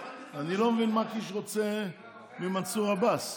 אני לא מבין מה קיש רוצה ממנסור עבאס.